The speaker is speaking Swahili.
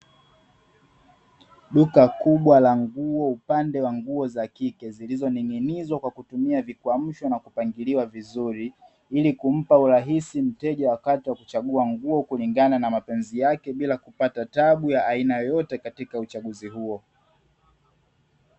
Duka kubwa la nguo upande wa nguo za kike zilizo ning`inizwa kwa kutumia vikwamisho na kupangiliwa vizuri, ili kumpa urahisi mteja wakati wa kuchagua nguo kulingana na mapenzi yake bila kupata tabu ya aina yoyote katika uchaguzi huo.